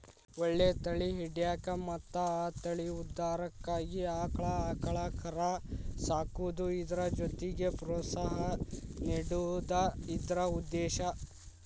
ಒಳ್ಳೆ ತಳಿ ಹಿಡ್ಯಾಕ ಮತ್ತ ಆ ತಳಿ ಉದ್ಧಾರಕ್ಕಾಗಿ ಆಕ್ಳಾ ಆಕಳ ಕರಾ ಸಾಕುದು ಅದ್ರ ಜೊತಿಗೆ ಪ್ರೋತ್ಸಾಹ ನೇಡುದ ಇದ್ರ ಉದ್ದೇಶಾ